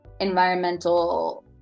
environmental